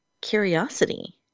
curiosity